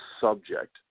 subject